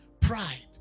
pride